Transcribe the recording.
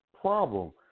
problem